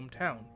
hometown